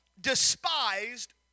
despised